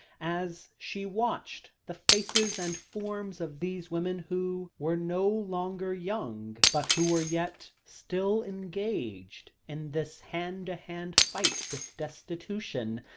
as she watched the faces and forms of these women who were no longer young, but who were yet still engaged in this hand-to-hand fight with destitution.